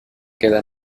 queda